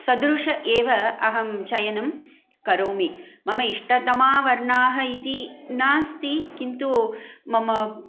सदृशम् एव अहं चयनं करोमि मम इष्टतमाः वर्णाः इति नास्ति किन्तु मम